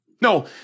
No